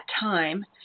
time